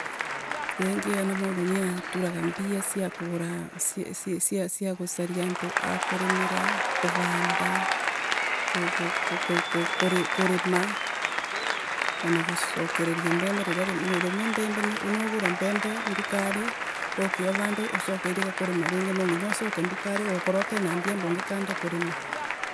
Riingi mundu niaturaga mbia cia kugura, cia cia cia kurimira, kuvanda ku ku kuku kurima ana gucokereria mbembe riria rimwe riria mbembe na ugure mbembe ndukari, uke uvande, ucoke ringi nwa nginya ucoke ndukari utena mbia ndugikanda kurima.